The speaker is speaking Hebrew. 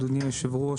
אדוני היושב-ראש,